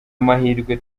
amahirwe